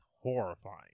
horrifying